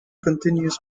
continues